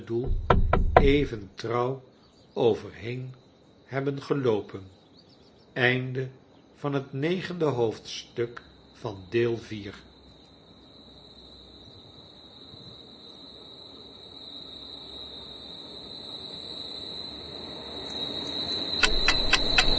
even trouw ovorheen hebben geloopen